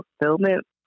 fulfillment